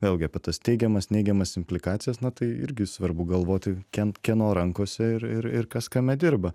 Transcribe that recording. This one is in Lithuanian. vėlgi apie tas teigiamas neigiamas implikacijas na tai irgi svarbu galvoti kien kieno rankose ir ir kas kame dirba